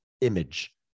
image